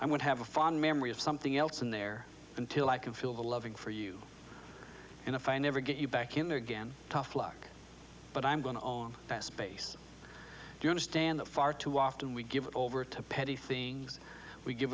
i'm going to have a fond memory of something else in there until i can feel the loving for you and if i never get you back in there again tough luck but i'm going to own space you understand that far too often we give over to petty things we give